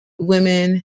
women